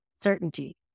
certainty